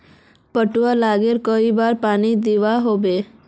पटवा लगाले कई बार पानी दुबा होबे?